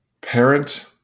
Parent